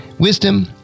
Wisdom